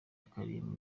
akaribwa